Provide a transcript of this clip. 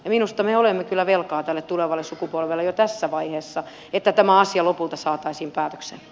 minusta me olemme kyllä velkaa tälle tulevalle sukupolvelle jo tässä vaiheessa että tämä asia lopulta saataisiin päätökseen